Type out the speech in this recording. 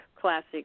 classic